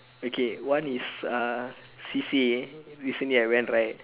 okay one is uh C_C_A recently I went right